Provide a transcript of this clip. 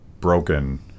Broken